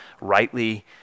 rightly